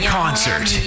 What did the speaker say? concert